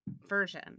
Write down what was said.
version